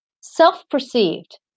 Self-perceived